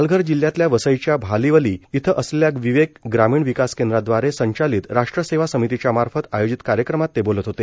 पालघर जिल्ह्यातल्या वसईच्या भालिवली इथं असलेल्या विवेक ग्रामीण विकास केंद्रादवारे संचालित राष्ट्र सेवा समितीच्या मार्फत आयोजित कार्यक्रमात ते बोलत होते